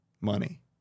money